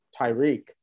Tyreek